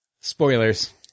Spoilers